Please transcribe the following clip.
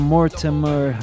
Mortimer